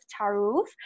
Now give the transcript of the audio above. Taruf